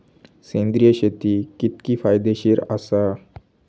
सेंद्रिय शेती कितकी फायदेशीर आसा?